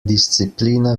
disciplina